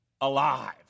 alive